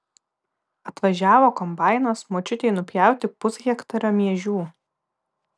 atvažiavo kombainas močiutei nupjauti pushektario miežių